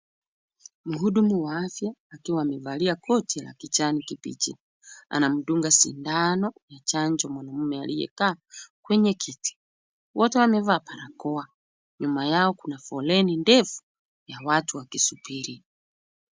Muhudumu wa afya akiwa amevalia koti la kijani kibichi, anamdunga shindano ya chanjo mwanaume aliyekaa kweye kiti, wote wamevaa barakoa. Nyuma yao kuna foleni ndefu ya watu wakisuribi.